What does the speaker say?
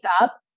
up